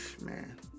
Man